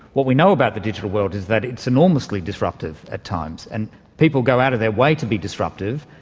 what we know about the digital world is that it's enormously disruptive at times, and people go out of their way to be disruptive.